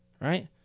right